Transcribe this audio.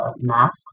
masks